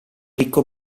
ricco